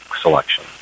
selection